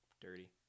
dirty